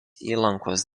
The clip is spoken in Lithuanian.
įlankos